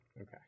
Okay